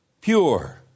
pure